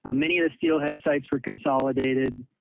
ah many of the steelhead sites were consolidated.